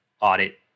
audit